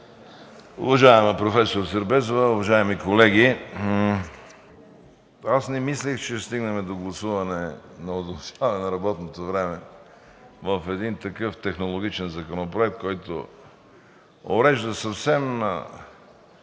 уважаема професор Сербезова, уважаеми колеги! Аз не мислех, че ще стигнем до гласуване на удължаване на работното време в един такъв технологичен законопроект, който урежда съвсем